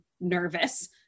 nervous